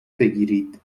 بگیرید